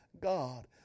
God